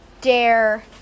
dare